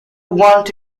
want